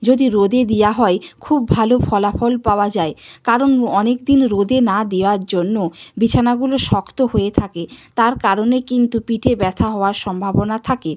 যদি রোদে দেওয়া হয় খুব ভালো ফলাফল পাওয়া যায় কারণ অনেক দিন রোদে না দেওয়ার জন্য বিছানাগুলো শক্ত হয়ে থাকে তার করণে কিন্তু পিঠে ব্যথা হওয়ার সম্ভাবনা থাকে